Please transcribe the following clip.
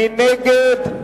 מי נגד?